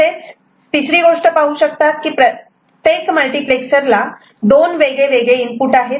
तसेच तिसरी गोष्ट पाहू शकतात की प्रत्येक मल्टीप्लेक्सरला दोन वेगवेगळे इनपुट आहेत